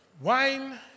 Wine